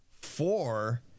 Four